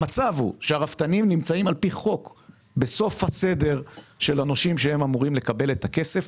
המצב הוא שהרפתנים נמצאים בסוף סדר הנושים שאמורים לקבל את הכסף.